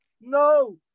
no